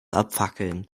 abfackeln